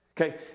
Okay